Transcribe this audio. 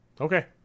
Okay